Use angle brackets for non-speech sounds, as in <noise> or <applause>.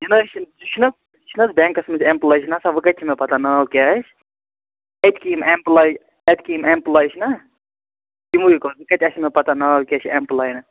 یہِ نَہ حظ چھِنہٕ یہِ چھُنَہ یہِ چھُنَہ حظ بٮ۪نٛکس منٛز اٮ۪مپُلاے چھِ نَہ آسان وٕ کَتہِ چھِ مےٚ پتاہ ناو کیٛاہ آسہِ أتکی یِم اٮ۪مپُلاے اَتکی یِم اٮ۪مپُلاے چھِنَہ <unintelligible> کَتہِ آسن مےٚ پتاہ ناو کیٛاہ چھُ اٮ۪مپُلینس